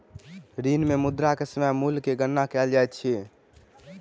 ऋण मे मुद्रा के समय मूल्य के गणना कयल जाइत अछि